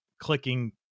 clicking